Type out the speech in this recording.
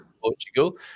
Portugal